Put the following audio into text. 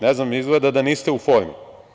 Ne znam, izgleda da niste u formi.